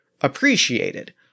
appreciated